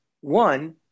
One